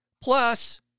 plus